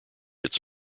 its